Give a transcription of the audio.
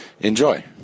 Enjoy